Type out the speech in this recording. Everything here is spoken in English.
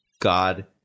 god